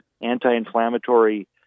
anti-inflammatory